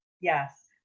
Yes